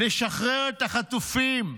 לשחרר את החטופים,